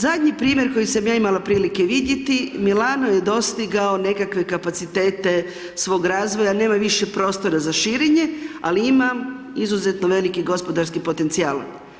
Zadnji primjer koji sam ja imala prilike i vidjeti Milano je dostigao nekakve kapacitete svog razvoja, nema više prostora za širenje ali ima izuzetno veliki gospodarski potencija.